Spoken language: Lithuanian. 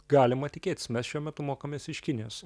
galima tikėtis mes šiuo metu mokomės iš kinijos